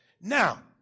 Now